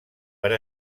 per